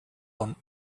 want